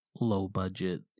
low-budget